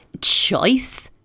choice